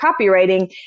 copywriting